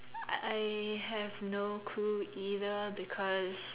I I have no clue either because